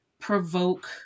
provoke